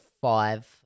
five